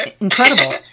incredible